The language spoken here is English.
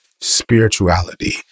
spirituality